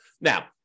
Now